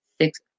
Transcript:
six